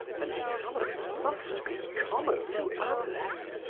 and some of them must be common to others.